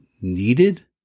needed